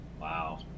wow